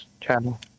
channel